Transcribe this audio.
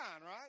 right